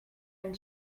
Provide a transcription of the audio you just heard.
and